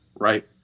right